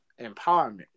empowerment